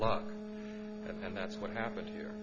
lung and that's what happened here